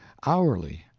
hourly,